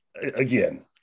again